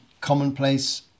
commonplace